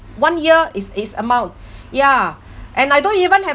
one year is is amount ya and I don't even have